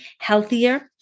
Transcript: healthier